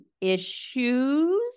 issues